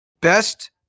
Best